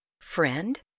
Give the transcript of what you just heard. friend